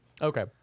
Okay